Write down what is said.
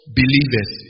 believers